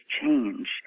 change